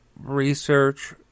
research